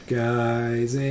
guys